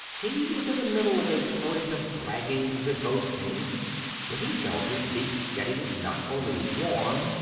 he was in the middle of a torrent of braggings and boastings when he felt his seat getting not only warm,